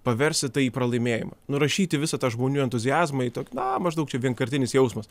paversti tai pralaimėjimu nurašyti visą tą žmonių entuziazmą į tokį na maždaug čia vienkartinis jausmas